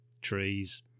trees